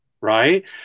right